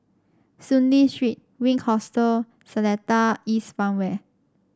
Soon Lee Street Wink Hostel Seletar East Farmway